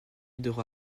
devra